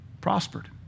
prospered